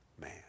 man